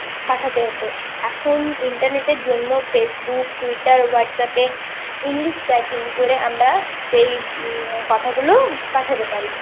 পাঠাতে হত এখন ইন্টারনেটের জন্য ফেসবুক টুইটার হোয়াটসঅ্যাপে ইংলিশ টাইপিং করে আমরা সেই কথাগুলো পাঠাতে পারি